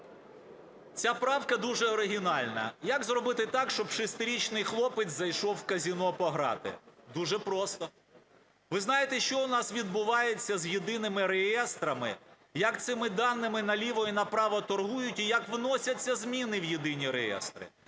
Ця правка дуже оригінальна, як зробити так, щоб шестирічний хлопець зайшов у казино пограти. Дуже просто. Ви знаєте, що в нас відбувається з єдиними реєстрами, як цими даними наліво і направо торгують і як вносяться зміни в єдині реєстри?